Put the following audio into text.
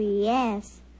Yes